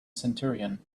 centurion